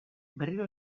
berriro